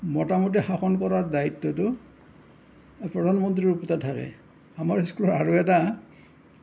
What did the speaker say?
মোটামুটি শাসন কৰাৰ দায়িত্বটো প্ৰধানমন্ত্ৰীৰ ওপৰতে থাকে আমাৰ স্কুলৰ আৰু এটা